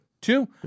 two